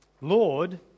Lord